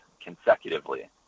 consecutively